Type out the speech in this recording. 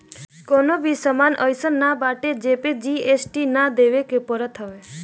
कवनो भी सामान अइसन नाइ बाटे जेपे जी.एस.टी ना देवे के पड़त हवे